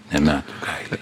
ne metų kailiai